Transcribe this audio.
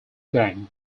blank